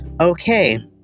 okay